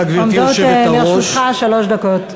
עומדות לרשותך שלוש דקות.